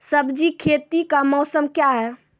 सब्जी खेती का मौसम क्या हैं?